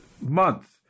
month